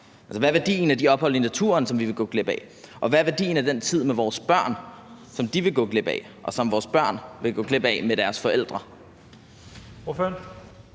Hvad er værdien af de ophold i naturen, som vi vil gå glip af? Og hvad er værdien af den tid med vores børn, som vores børn vil gå glip af med deres forældre?